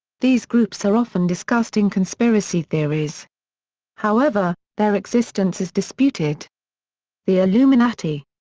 these groups are often discussed in conspiracy theories however, their existence is disputed the illuminati